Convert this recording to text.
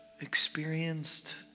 experienced